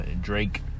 Drake